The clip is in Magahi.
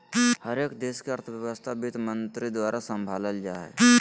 हरेक देश के अर्थव्यवस्था वित्तमन्त्री द्वारा सम्भालल जा हय